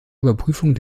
überprüfung